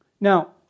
Now